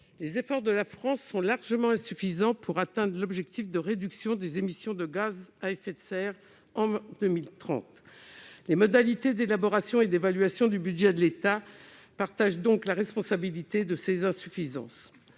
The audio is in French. les efforts de la France sont largement insuffisants pour atteindre l'objectif de réduction des émissions de gaz à effet de serre fixé pour 2030. Les modalités d'élaboration et d'évaluation du budget de l'État ont leur part de responsabilité dans cette situation.